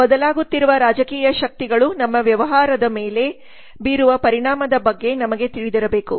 ಬದಲಾಗುತ್ತಿರುವ ರಾಜಕೀಯ ಶಕ್ತಿಗಳು ನಮ್ಮ ವ್ಯವಹಾರದ ಮೇಲೆ ಬೀರುವ ಪರಿಣಾಮದ ಬಗ್ಗೆ ನಮಗೆ ತಿಳಿದಿರಬೇಕು